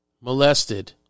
Molested